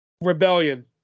Rebellion